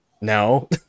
No